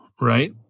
right